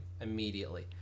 immediately